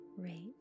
rate